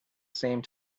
same